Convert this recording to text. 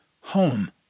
home